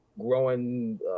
growing